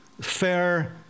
fair